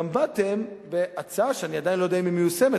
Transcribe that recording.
גם באתם בהצעה שאני עדיין לא יודע אם היא מיושמת,